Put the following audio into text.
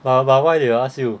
!wah! but why they ask you